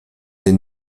des